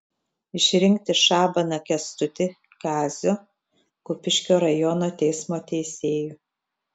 išrinkti šabaną kęstutį kazio kupiškio rajono teismo teisėju